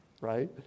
right